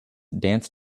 dance